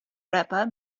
rapper